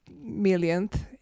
millionth